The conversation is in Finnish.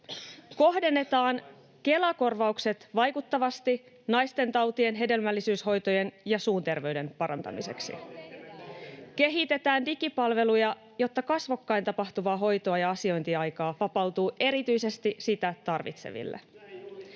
Kohdennetaan Kela-korvaukset vaikuttavasti naistentautien, hedelmällisyyshoitojen ja suunterveyden parantamiseksi. [Ben Zyskowicz: Te lakkautitte, me kohdennetaan!] Kehitetään digipalveluja, jotta kasvokkain tapahtuvaa hoitoa ja asiointiaikaa vapautuu erityisesti sitä tarvitseville.